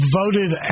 voted